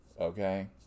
Okay